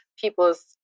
people's